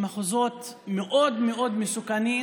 למחוזות מאוד מאוד מסוכנים,